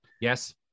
yes